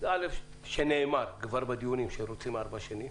שכבר נאמר בדיונים אז שרוצים ארבע שנים.